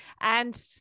And-